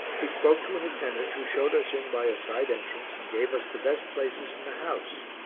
he spoke to an attendant who showed us in by a side entrance and gave us the best places in the house,